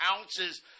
ounces